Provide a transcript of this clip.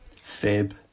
Fib